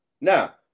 Now